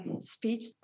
speech